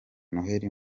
noheli